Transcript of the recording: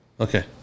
Okay